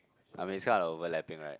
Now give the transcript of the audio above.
I mean it's kinda overlapping right